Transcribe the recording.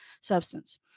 substance